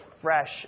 fresh